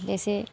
जैसे